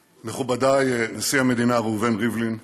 מכובדיי, נשיא המדינה ראובן ריבלין,